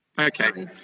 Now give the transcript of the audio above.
Okay